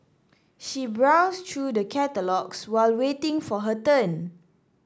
she browsed through the catalogues while waiting for her turn